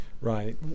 right